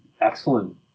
excellent